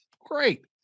great